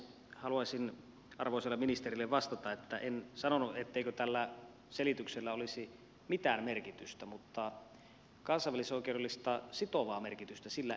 haluaisin arvoisalle ministerille vastata että en sanonut etteikö tällä selityksellä olisi mitään merkitystä mutta kansainvälisoikeudellista sitovaa merkitystä sillä ei ole